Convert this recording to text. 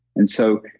and so,